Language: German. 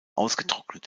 ausgetrocknet